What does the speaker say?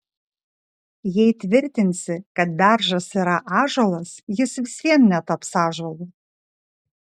jei tvirtinsi kad beržas yra ąžuolas jis vis vien netaps ąžuolu